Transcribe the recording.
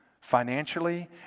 financially